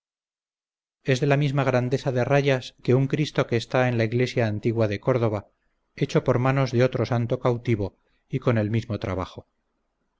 es de la misma grandeza de rayas que un cristo que está en la iglesia antigua de córdoba hecho por manos de otro santo cautivo y con el mismo trabajo